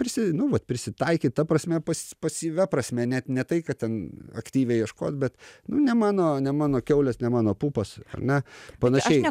prisi nu vat prisitaikyt ta prasme pas pasyvia prasme net ne tai kad ten aktyviai ieškot bet nu ne mano ne mano kiaulės ne mano pupos ar ne panašiai